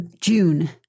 june